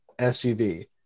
SUV